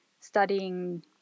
studying